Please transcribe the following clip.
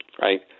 right